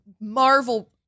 Marvel